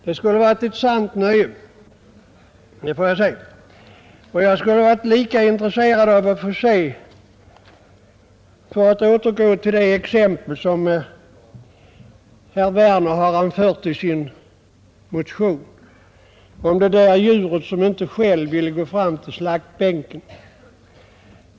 Det skulle ha varit ett sant nöje — det må jag säga. Herr Werner anför i sin motion ett exempel på ett djur som inte ville gå fram till slaktbänken.